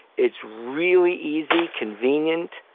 it's really easy, convenient,